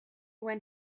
when